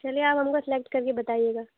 چلیے آپ ہم کو سلکٹ کر کے بتائیے گا